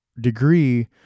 degree